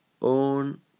on